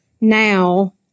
now